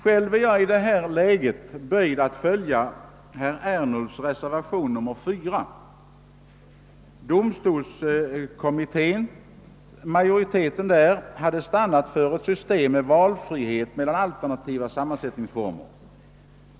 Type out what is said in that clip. Själv är jag i detta läge böjd att följa reservationen 4 av herr Ernulf. Majoriteten i domstolskommittén hade stannat för ett system med valfrihet mellan alternativa sammansättningsformer.